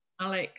Alex